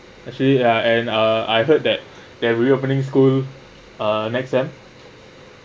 actually ya and uh I heard that they will reopening school uh next sem